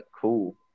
Cool